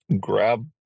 grab